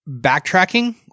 backtracking